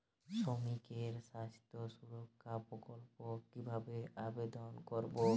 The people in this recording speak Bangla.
শ্রমিকের স্বাস্থ্য সুরক্ষা প্রকল্প কিভাবে আবেদন করবো?